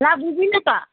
ला बुझिन त